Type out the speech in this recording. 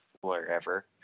wherever